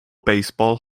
baseball